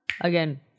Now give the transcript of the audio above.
Again